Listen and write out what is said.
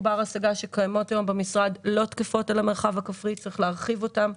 בר השגה שקיימות היום במשרד לא תקפות למרחב הכפרי וצריך להרחיב אותן,